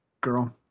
girl